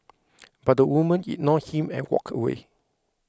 but the woman ignored him and walked away